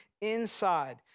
inside